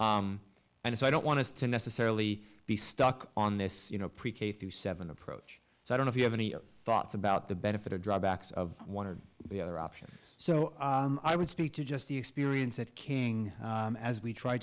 and so i don't want to necessarily be stuck on this you know pre k through seven approach so i don't if you have any thoughts about the benefit or drawbacks of one of the other options so i would speak to just the experience that king as we tried